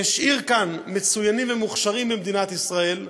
שהשאיר כאן מצוינים ומוכשרים במדינת ישראל,